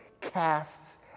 casts